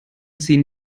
ziehen